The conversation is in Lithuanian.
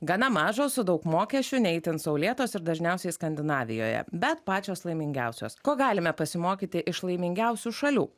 gana mažos su daug mokesčių ne itin saulėtos ir dažniausiai skandinavijoje bet pačios laimingiausios ko galime pasimokyti iš laimingiausių šalių